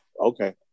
Okay